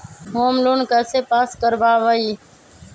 Home loan कैसे pass कर बाबई?